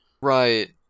Right